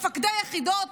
מפקדי יחידות,